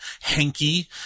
hanky